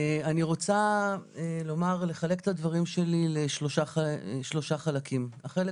אני רוצה לחלק את הדברים שלי לשלושה חלקים: החלק